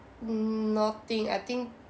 mm nothing I think